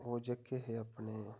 ओह् जेह्के हे अपने